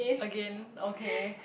again okay